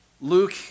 Luke